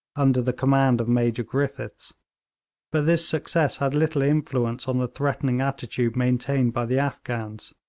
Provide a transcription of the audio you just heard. under the command of major griffiths but this success had little influence on the threatening attitude maintained by the afghans.